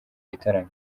gitaramo